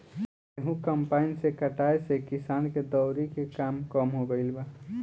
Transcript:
गेंहू कम्पाईन से कटाए से किसान के दौवरी के काम कम हो गईल बा